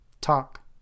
Talk